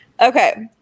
Okay